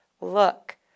look